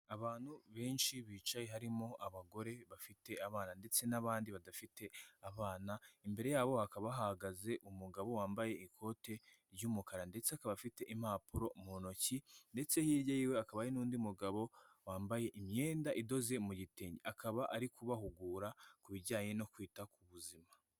Abantu benshi bicaye harimo abagore bafite abana ndetse n'abandi badafite abana. Imbere yabo hakaba hahagaze umugabo wambaye ikote ry'umukara ndetse akaba afite impapuro mu ntoki. Ndetse hirya yiwe hakaba hari n'undi mugabo wambaye imyenda idoze mu gitenge akaba arikubahugura ku bijyanye no kwita ku buzima.